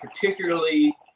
particularly